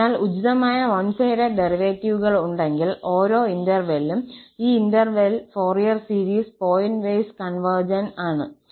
അതിനാൽ ഉചിതമായ one sided ഡെറിവേറ്റീവുകൾ ഉണ്ടെങ്കിൽ ഓരോ ഇന്റെർവൽലും ഈ interval Fourier series pointwise convergent ആണ്